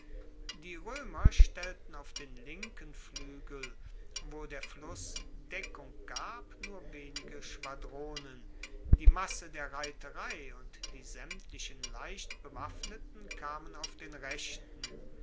die roemer stellten auf den linken fluegel wo der fluss deckung gab nur wenige schwadronen die masse der reiterei und die saemtlichen leichtbewaffneten kamen auf den rechten